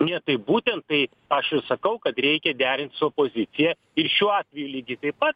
ne tai būtent tai aš ir sakau kad reikia derint su opozicija ir šiuo atveju lygiai taip pat